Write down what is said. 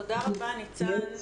תודה רבה, ניצן.